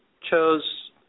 chose